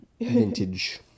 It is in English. vintage